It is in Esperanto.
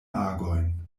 agojn